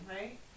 right